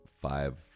five